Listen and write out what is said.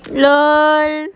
LOL